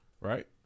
right